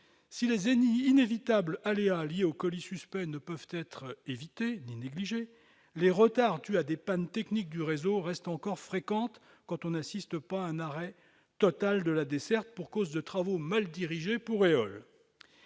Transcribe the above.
Si les inévitables aléas liés aux colis suspects ne peuvent être évités, ni négligés, les retards dus à des pannes techniques du réseau restent encore fréquents, quand on n'assiste pas à un arrêt total de la desserte pour cause de travaux mal dirigés pour EOLE.